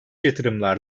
yatırımlar